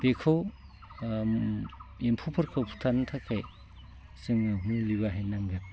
बेखौ एम्फौफोरखौ फुथारनो थाखाय जोङो मुलि बाहायनांगोन